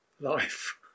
life